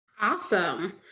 Awesome